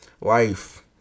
life